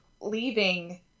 leaving